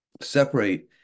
separate